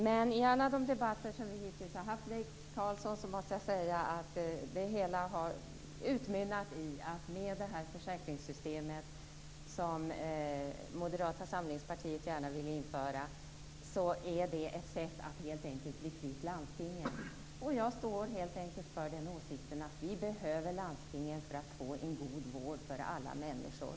Men vid alla debatter som vi har haft, Leif Carlson, har det hela utmynnat i att det försäkringssystem som Moderata samlingspartiet gärna vill införa helt enkelt är ett sätt att bli kvitt landstingen. Jag står för den åsikten att vi behöver landstingen för att få en god vård för alla människor.